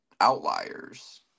outliers